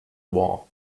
war